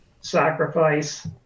sacrifice